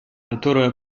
которая